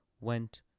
went